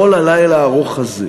בכל הלילה הארוך הזה,